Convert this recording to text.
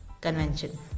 Convention